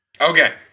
Okay